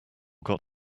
got